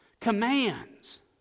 commands